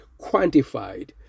quantified